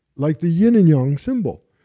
like the yin and yang symbol.